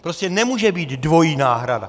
Prostě nemůže být dvojí náhrada.